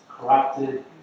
corrupted